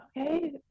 okay